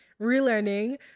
relearning